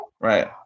right